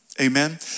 Amen